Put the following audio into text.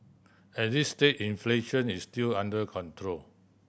at this stage inflation is still under control